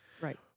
Right